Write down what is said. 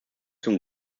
zum